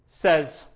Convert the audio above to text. says